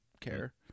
care